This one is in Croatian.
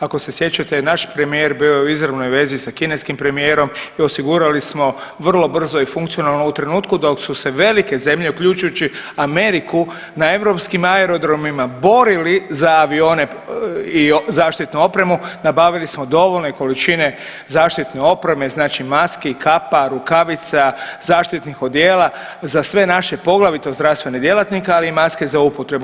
Ako se sjećate naš premijer bio je u izravnoj vezi sa kineskim premijerom i osigurali smo vrlo brzo i funkcionalno u trenutku dok su se velike zemlje uključujući Ameriku na europskim aerodromima borili za avione i zaštitnu opremu, nabavili smo dovoljne količine zaštitne opreme, znači maski, kapa, rukavica, zaštitnih odijela za sve naše poglavito zdravstvene djelatnike, ali i maske za upotrebu.